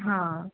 ਹਾਂ